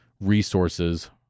resources